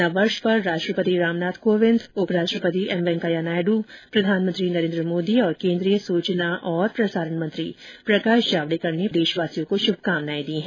नववर्ष पर राष्ट्रपति रामनाथ कोविंद उप राष्ट्रपति एम वैंकेया नायडु प्रधानमंत्री नरेन्द्र मोदी और केन्द्रीय सुचना और प्रसारण मंत्री प्रकाश जावडेकर ने देशवासियों को शुभकामनाएं दी हैं